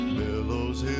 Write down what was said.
billows